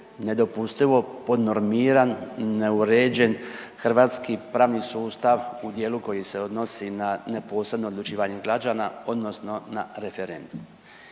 nedopustivo podnormiran i neuređen hrvatski pravni sustav u dijelu koji se odnosi na neposredno odlučivanje građana odnosno na referendum